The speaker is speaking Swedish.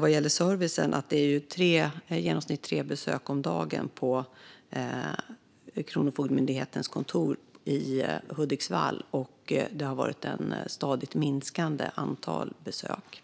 Vad gäller servicen är det i genomsnitt tre besök om dagen på Kronofogdemyndighetens kontor i Hudiksvall. Det har varit ett stadigt minskande antal besök.